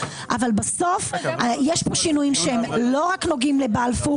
אבל בסוף יש פה שינויים שהם לא רק נוגעים לבלפור.